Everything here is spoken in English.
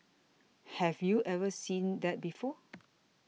have you ever seen that before